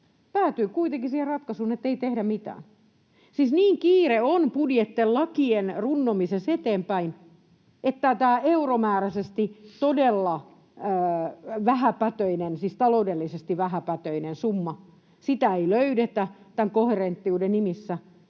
päätyy kuitenkin siihen ratkaisuun, että ei tehdä mitään. Siis niin kiire on budjettilakien runnomisessa eteenpäin, että tätä euromääräisesti todella vähäpätöistä, siis taloudellisesti vähäpätöistä, summaa ei löydetä tämän koherenttiuden nimissä